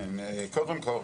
כן, קודם כל,